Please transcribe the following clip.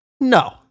No